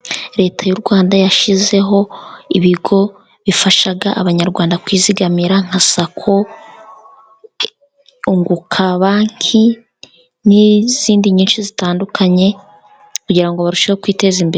Leta y'u Rwanda yashyizeho ibigo bifasha Abanyarwanda kwizigamira nka Sako, Unguka Banki, n'izindi nyinshi zitandukanye kugira ngo barusheho kwiteza imbere.